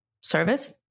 service